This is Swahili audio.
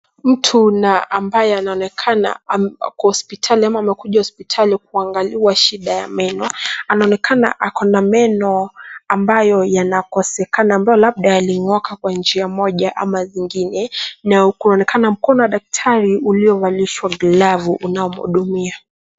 Mtu na mbaye anaoneka ako hospitali ama amekuja hospitali kuangaliwa shida ya meno. Anaonekana ako na meno ambayo yanakosekana ambayo labda yaling'oka kwa njia moja ama zingine na kuonekana mkono wa daktari ulivalishwa glavu unamhudumia.